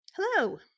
Hello